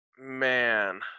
Man